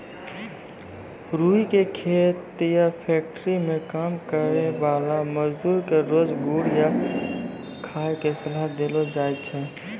रूई के खेत या फैक्ट्री मं काम करै वाला मजदूर क रोज गुड़ खाय के सलाह देलो जाय छै